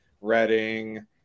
Reading